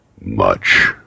Much